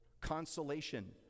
consolation